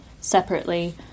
separately